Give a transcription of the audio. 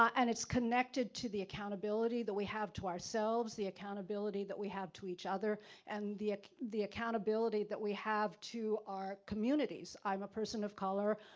ah and it's connected to the accountability that we have to ourselves, the accountability that we have to each other and the the accountability that we have to our communities. i'm a person of color,